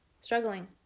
struggling